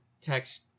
text